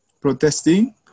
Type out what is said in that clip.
protesting